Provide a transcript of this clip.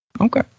okay